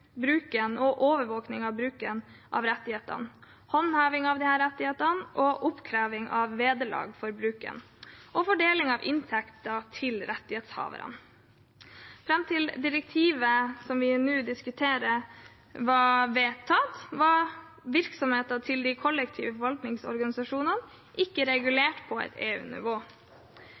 overvåkning av bruken av rettighetene, håndheving av disse rettighetene, oppkreving av vederlag for bruken og fordeling av inntekter til rettighetshaverne. Fram til direktivet som vi nå diskuterer, ble vedtatt, var virksomheten til de kollektive forvaltningsorganisasjonene ikke regulert på